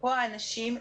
או האנשים,